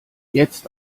jetzt